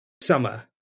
summer